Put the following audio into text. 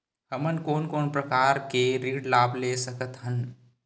हमन कोन कोन प्रकार के ऋण लाभ ले सकत हन?